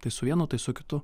tai su vienu tai su kitu